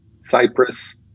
Cyprus